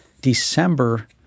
December